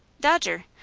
dodger.